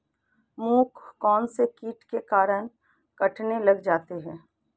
मूंग कौनसे कीट के कारण कटने लग जाते हैं?